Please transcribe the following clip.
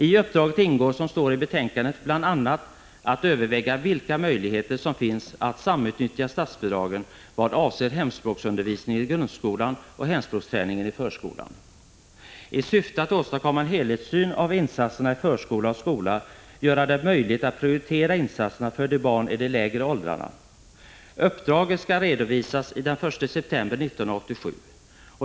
I uppdraget ingår, vilket står i betänkandet, bl.a. att överväga vilka möjligheter som finns att samutnyttja statsbidragen vad avser hemspråksundervisningen i grundskolan och hemspråksträningen i förskolan. Detta skall ske i syfte att åstadkomma en helhetssyn på insatserna i förskola och skola samt göra det möjligt att prioritera insatserna för barn i de lägre åldrarna. Uppdraget skall redovisas den 1 september 1987.